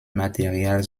material